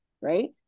right